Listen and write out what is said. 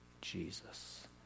Jesus